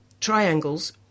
triangles